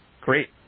great